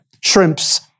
shrimps